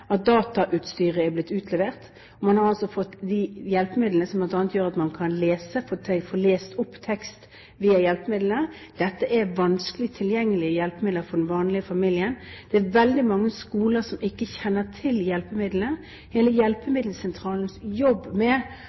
at datautstyret har blitt utlevert. Man har altså fått de hjelpemidlene som bl.a. gjør at man kan få lest opp tekst via hjelpemidlene. Dette er vanskelig tilgjengelige hjelpemidler for en vanlig familie, og det er veldig mange skoler som ikke kjenner til disse. Hjelpemiddelsentralenes jobb med